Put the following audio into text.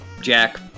Jack